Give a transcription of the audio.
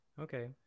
Okay